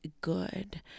good